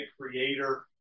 creator